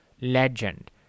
legend